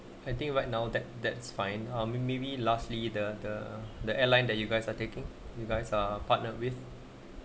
I think right now that that's fine maybe lastly the the the airline that you guys are taking you guys are partnered with